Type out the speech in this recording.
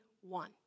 one